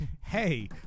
hey